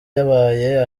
yabaye